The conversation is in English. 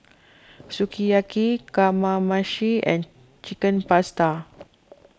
Sukiyaki Kamameshi and Chicken Pasta